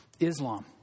Islam